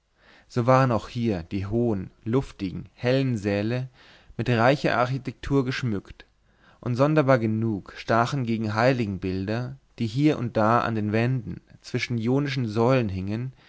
so waren auch hier die hohen luftigen hellen säle mit reicher architektur geschmückt und sonderbar genug stachen gegen heiligenbilder die hie und da an den wänden zwischen ionischen säulen hingen